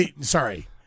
Sorry